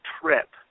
trip